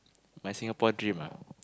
my Singapore dream ah